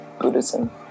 Buddhism